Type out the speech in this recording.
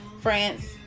france